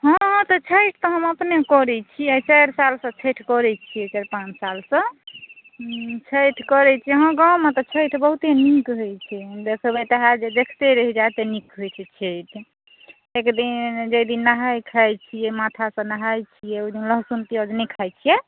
हँ हँ तऽ छठि तऽ हम अपने करए छी आ चारि सालसे छठि करए छिऐ चारि पाँच सालसे छठि करए छिऐ हँ गाँवमे तऽ छठि बहुते नीक होइ छै देखबए तऽ हाएत जे देखते रहए जाए तऽ नीक होइ छै छठि एक दिन जे दिन नहाए खाए छिऐ माथासंँ नहाए छिऐ ओहिदिन लहसुन प्याज नहि खाए छिऐ